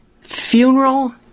funeral